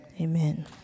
amen